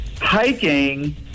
hiking